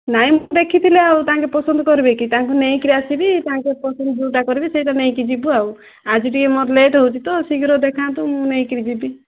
ନାଇଁ ଦେଖିଥିଲା ତାଙ୍କେ ପସନ୍ଦ କରିବେ କି ତାଙ୍କୁ ନେଇକରି ଆସିବି ତାଙ୍କୁ ପସନ୍ଦ ଯେଉଁଟା କରିବେ ସେଇଟା ନେଇକି ଯିବୁ ଆଉ ଆଜି ଟିକେ ମୋର ଲେଟ୍ ହେଉଛି ତ ଶୀଘ୍ର ଦେଖାନ୍ତୁ ମୁଁ ନେଇକରି ଯିବି